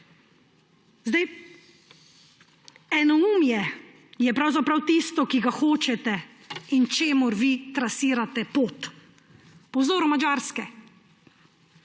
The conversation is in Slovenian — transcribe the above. Enoumje je pravzaprav tisto, ki ga hočete in čemur vi trasirate pot. Po vzoru Madžarske.